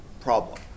problem